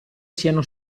siano